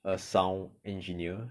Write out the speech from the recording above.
a sound engineer